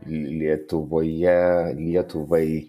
lietuvoje lietuvai